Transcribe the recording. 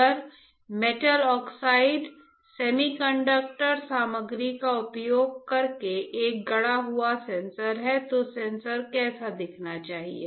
अगर metal oxide semiconductor सामग्री का उपयोग करके एक गढ़ा हुआ सेंसर है तो सेंसर कैसा दिखना चाहिए